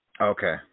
Okay